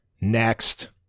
Next